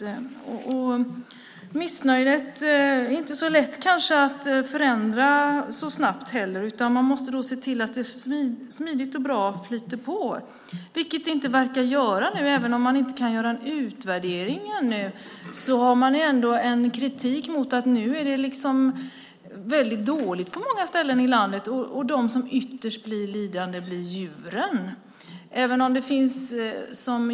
Missnöjet kanske inte är så lätt att förändra så snabbt, utan man måste se till att det smidigt och bra flyter på, vilket det inte verkar göra nu. Även om man inte kan göra en utvärdering ännu vet man att det finns en kritik mot att det är väldigt dåligt på många ställen i landet, och de som ytterst blir lidande är djuren.